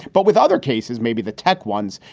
but with other cases, maybe the tech ones,